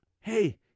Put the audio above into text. Hey